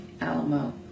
Alamo